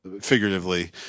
figuratively